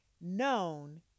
known